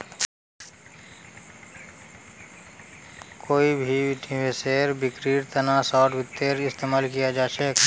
कोई भी निवेशेर बिक्रीर तना शार्ट वित्तेर इस्तेमाल कियाल जा छेक